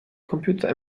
computer